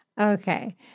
Okay